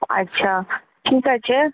আচ্ছা ঠিক আছে